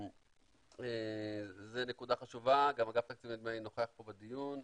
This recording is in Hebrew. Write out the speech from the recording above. שזו נקודה חשובה, גם אגף התקציבים נוכח פה בדיון.